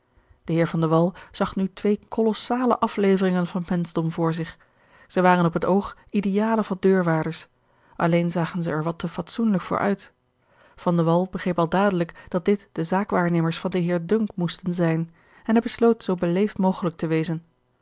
de wall zag nu twee kolossale afleveringen van het menschdom voor zich zij waren op het oog idealen van deurwaarders alleen zagen zij er wat te fatsoenlijk voor uit van de wall begreep al dadelijk dat dit de zaakwaarnemers van den heer dunk moesten zijn en hij besloot zoo beleefd mogelijk te wezen